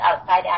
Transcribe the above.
outside